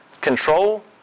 control